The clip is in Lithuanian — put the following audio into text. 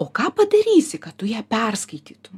o ką padarysi kad tu ją perskaitytum